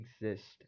exist